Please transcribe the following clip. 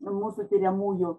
mūsų tiriamųjų